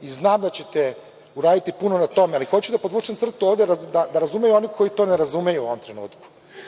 i znam da ćete uraditi puno na tome, ali hoću da podvučem crtu ovde, da razumeju oni koji to ne razumeju u ovom trenutku. Neosporno